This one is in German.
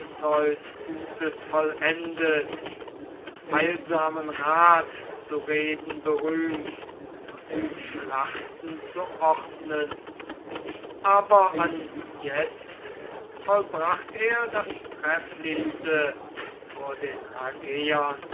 gutes vollendet heilsamen rat zu reden berühmt und schlachten zu ordnen aber anjetzt vollbracht er das trefflichste vor den